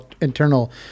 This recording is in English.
internal